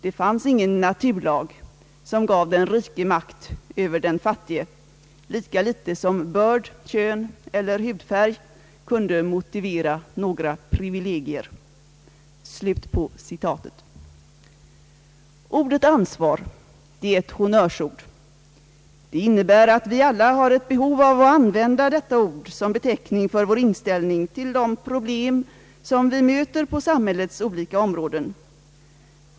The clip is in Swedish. Det fanns ingen naturlag som gav den rike makt över den fattige, lika lite som börd, kön eller hudfärg kunde motivera några privilegier.» Ordet ansvar är ett honnörsord. Det innebär att vi alla har ett behov av att använda detta ord som beteckning för vår inställning till de problem som vi möter på samhällets olika områden.